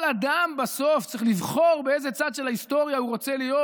כל אדם בסוף צריך לבחור באיזה צד של ההיסטוריה הוא רוצה להיות,